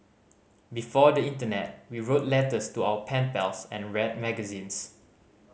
before the internet we wrote letters to our pen pals and read magazines